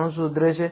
98 સુધી સુધરે છે